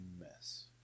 mess